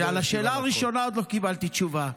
על השאלה הראשונה עוד לא קיבלתי תשובה.